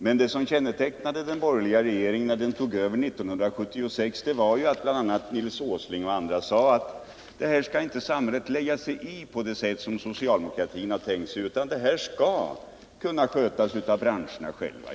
Men det som kännetecknade den borgerliga regering som tog över 1976 var att bl.a. Nils Åsling sade att detta skall inte samhället lägga sig i på det sätt som socialdemokratin har tänkt sig, utan detta skall kunna skötas av branscherna själva.